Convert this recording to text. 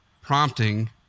Prompting